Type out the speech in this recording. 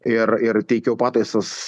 ir ir teikiau pataisas